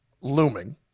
looming